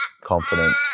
confidence